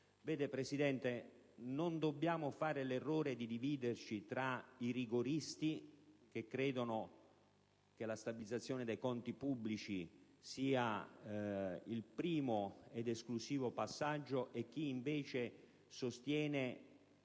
Signor Presidente, non dobbiamo commettere l'errore di dividerci tra i rigoristi, che credono che la stabilizzazione dei conti pubblici sia il primo ed esclusivo passaggio, e chi invece sostiene